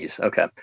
Okay